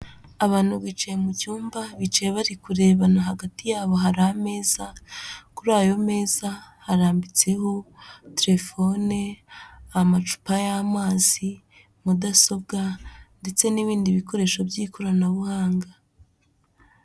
Abantu bicaye mu cyumba, bicaye bari kurebana, hagati yabo hari ameza, kuri ayo meza harambitseho terefone, amacupa y'amazi, mudasobwa, ndetse n'ibindi bikoresho by'ikoranabuhanga.